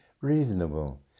reasonable